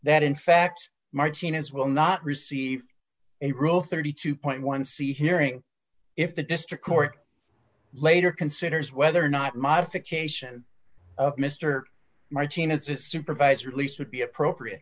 that in fact martinez will not receive a rule thirty two dollars c hearing if the district court later considers whether or not modification of mr martinez his supervisor at least would be appropriate